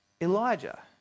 Elijah